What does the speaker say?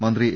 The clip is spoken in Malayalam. മന്ത്രി എ